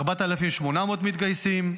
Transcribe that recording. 4,800 מתגייסים,